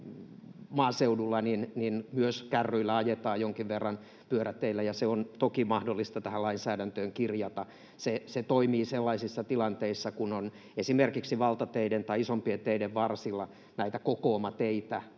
maaseudulla, myös kärryillä ajetaan jonkin verran pyöräteillä, ja se on toki mahdollista tähän lainsäädäntöön kirjata. Se toimii sellaisissa tilanteissa, kun on esimerkiksi valtateiden tai isompien teiden varsilla kokoamateitä,